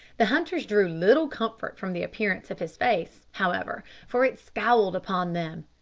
the hunters drew little comfort from the appearance of his face, however, for it scowled upon them.